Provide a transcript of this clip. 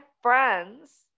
friends